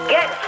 Get